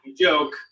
joke